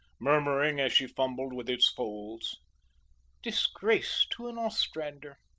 murmuring as she fumbled with its folds disgrace to an ostrander!